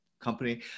company